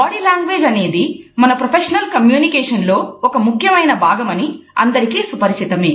body language అనేది మన professional communication లో ఒక ముఖ్యమైన భాగమని అందరికీ సుపరిచితమే